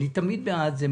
אני תמיד בעד זה.